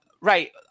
right